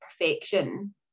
perfection